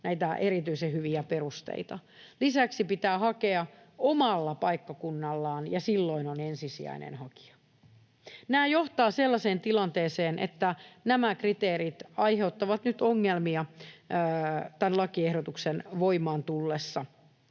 näitä erityisen hyviä perusteita. Lisäksi pitää hakea omalla paikkakunnallaan, ja silloin on ensisijainen hakija. Nämä johtavat sellaiseen tilanteeseen, että nämä kriteerit aiheuttavat nyt ongelmia tämän lakiehdotuksen voimaan tullessa.